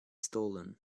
stolen